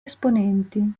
esponenti